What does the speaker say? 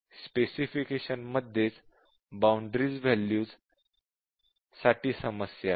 specification मध्येच boundary value साठी समस्या आहे